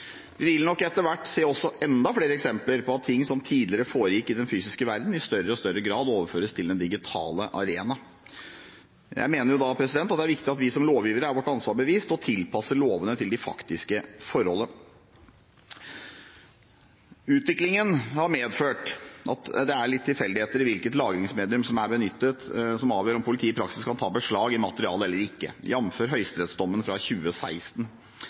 Vi vil nok etter hvert se enda flere eksempler på at ting som tidligere foregikk i den fysiske verden, i større og større grad overføres til den digitale arena. Da mener jeg det er viktig at vi som lovgivere er oss vårt ansvar bevisst og tilpasser lovene til de faktiske forhold. Utviklingen har medført at det er litt tilfeldigheter i hvilket lagringsmedium som er benyttet, som avgjør om politiet i praksis kan ta beslag i materialet eller ikke, jf. høyesterettsdommen fra 2016.